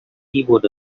keyboard